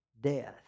death